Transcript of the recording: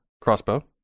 crossbow